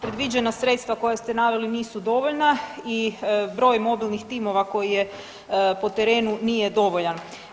Predviđena sredstva koja ste naveli nisu dovoljna i broj mobilnih timova koji je po terenu nije dovoljan.